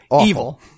evil